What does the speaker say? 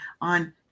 on